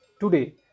Today